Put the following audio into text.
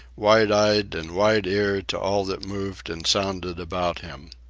wide-eyed and wide-eared to all that moved and sounded about him.